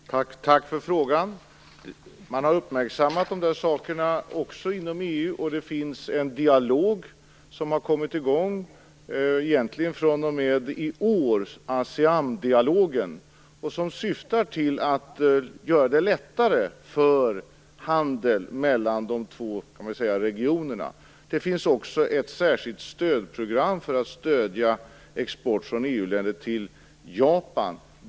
Fru talman! Tack för frågan. Man har uppmärksammat dessa saker inom EU, och en dialog har kommit i gång, egentligen fr.o.m. i år - Aseandialogen. Den syftar till att underlätta handel mellan de två regionerna. Det finns också ett särskilt stödprogram för att stödja export från EU-länder till Japan.